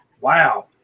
wow